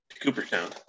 Cooperstown